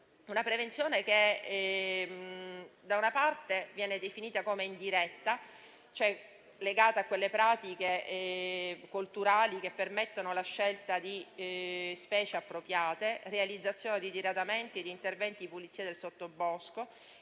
di prevenzione, che, da una parte, viene definita indiretta, cioè legata alle pratiche colturali che permettono la scelta di specie appropriate e la realizzazione di diradamenti e di interventi di pulizia del sottobosco,